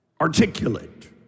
articulate